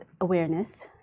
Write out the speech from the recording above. awareness